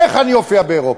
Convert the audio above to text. איך אני אופיע באירופה?